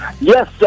Yes